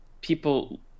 people